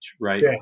right